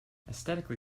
aesthetically